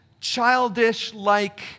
childish-like